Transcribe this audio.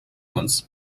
uns